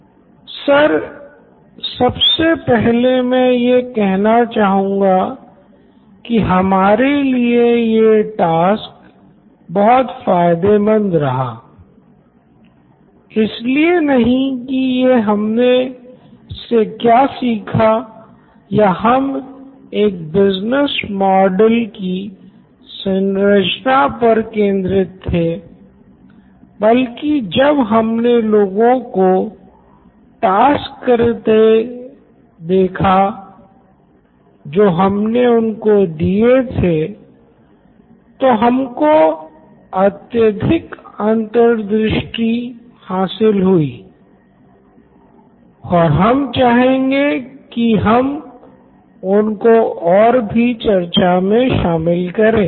Siddharth Maturi CEO Knoin electronics sir सबसे पहले मैं यह कहना चाहूँगा कि हमारे लिए ये टास्क बहुत फ़ायदेमंद रहा सिर्फ इसलिए नहीं कि हमने इससे क्या सीखा या हम एक बिज़नेस मॉडल की संरचना पर केंद्रित थे बल्कि जब हमने लोगों को को टास्क करते देखा जो हमने उनको दिए थे तो हमको अत्यधिक अंतर्दृष्टि हासिल हुई और हम चाहेंगे कि हम उनको और चर्चा मे शामिल करें